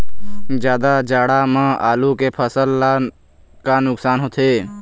जादा जाड़ा म आलू के फसल ला का नुकसान होथे?